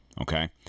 Okay